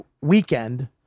weekend